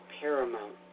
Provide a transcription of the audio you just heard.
paramount